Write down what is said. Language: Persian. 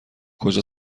کجا